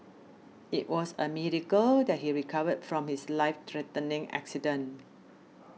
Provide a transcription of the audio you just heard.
it was a miracle that he recovered from his life threatening accident